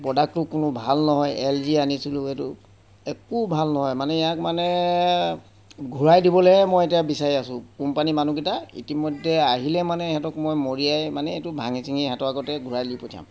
প্ৰডাক্টটো কোনো ভাল নহয় এল জি আনিছিলোঁ এইটো একো ভাল নহয় মানে ইয়াক মানে ঘূৰাই দিবলৈহে মই এতিয়া বিচাৰি আছো কোম্পানী মানুহকেইটা ইতিমধ্যে আহিলে মানে সিহঁতক মই মৰিয়াই মানে এইটো ভাঙি ছিঙি সিহঁতৰ আগতে ঘূৰাই দি পঠিয়াম